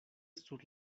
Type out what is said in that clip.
sur